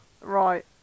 Right